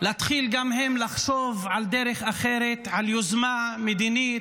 להתחיל גם הן לחשוב על דרך אחרת, על יוזמה מדינית,